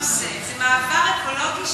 במקום לעשות כזאת מפלצת,